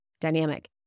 dynamic